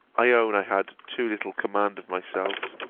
i own i had too little command of myself.